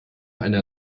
einer